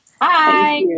Hi